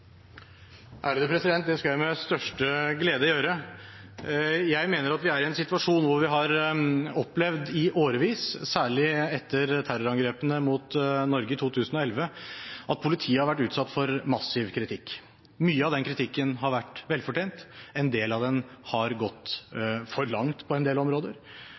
det. Det skal jeg med største glede gjøre. Jeg mener at vi er i en situasjon hvor vi har opplevd i årevis, særlig etter terrorangrepene mot Norge i 2011, at politiet har vært utsatt for massiv kritikk. Mye av den kritikken har vært